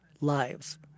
lives